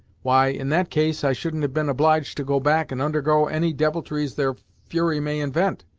why in that case, i shouldn't have been obliged to go back and ondergo any deviltries their fury may invent,